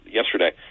yesterday